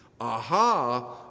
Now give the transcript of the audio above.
Aha